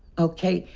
ok?